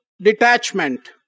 detachment